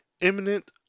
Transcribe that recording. imminent